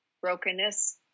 brokenness